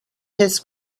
his